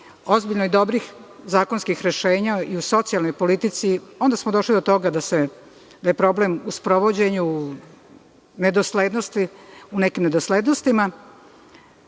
ozbiljno dobrih zakonskih rešenja i u socijalnoj politici. Onda smo došli do toga da je problem u sprovođenju u nekim nedoslednostima.